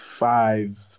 five